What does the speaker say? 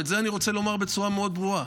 ואת זה אני רוצה לומר בצורה מאוד ברורה: